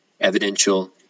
evidential